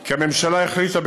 כי הממשלה החליטה,